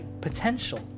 potential